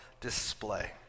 display